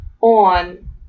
on